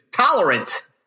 tolerant